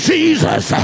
Jesus